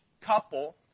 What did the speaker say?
couple